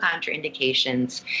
contraindications